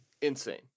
Insane